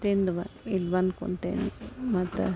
ತಿಂದು ಬ ಇಲ್ಲಿ ಬಂದು ಕುಂತೇನೆ ಮತ್ತು